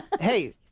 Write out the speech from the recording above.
Hey